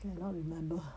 cannot remember